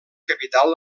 capital